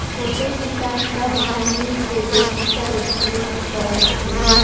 छोटे किसान सब भूमि के बेहतर उपयोग कर हथिन